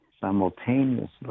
simultaneously